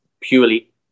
purely